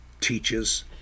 teaches